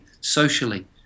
socially